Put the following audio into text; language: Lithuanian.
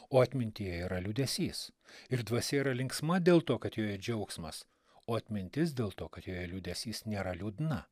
o atmintyje yra liūdesys ir dvasia yra linksma dėl to kad joje džiaugsmas o atmintis dėl to kad joje liūdesys nėra liūdna